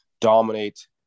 dominate